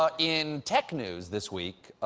ah in tech news, this week,